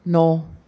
ਨੌਂ